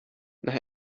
nach